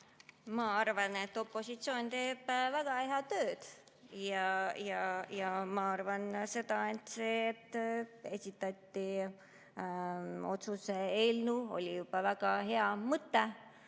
Ma arvan, et opositsioon teeb väga head tööd. Ma arvan seda, et juba see, et esitati otsuse eelnõu, oli väga hea mõte.